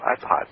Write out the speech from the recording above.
iPod